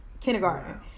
kindergarten